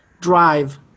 Drive